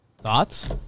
Thoughts